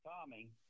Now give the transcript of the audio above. Tommy